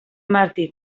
martí